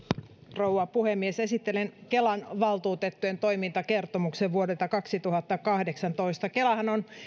rouva puhemies esittelen kelan valtuutettujen toimintakertomuksen vuodelta kaksituhattakahdeksantoista kelahan on